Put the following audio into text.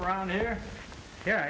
around here yeah